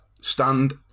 stand